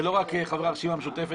לא רק חברי הרשימה המשותפת.